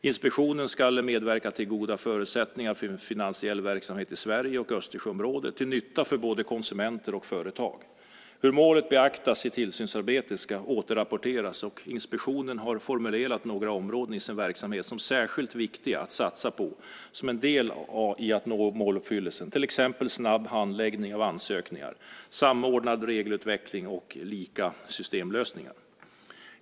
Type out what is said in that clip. Inspektionen ska medverka till goda förutsättningar för finansiell verksamhet i Sverige och Östersjöområdet till nytta för både konsumenter och företag. Hur målet beaktas i tillsynsarbetet ska återrapporteras, och inspektionen har formulerat några områden i sin verksamhet som särskilt viktiga att satsa på som en del i att nå måluppfyllelsen, till exempel snabb handläggning av ansökningar, samordnad regelutveckling och lika systemlösningar.